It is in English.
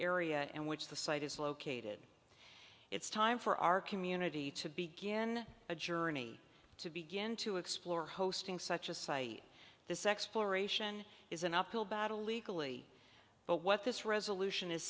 area and which the site is located it's time for our community to begin a journey to begin to explore hosting such a site this exploration is an uphill battle legally but what this resolution is